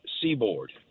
seaboard